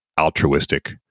altruistic